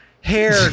hair